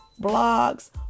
blogs